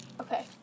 Okay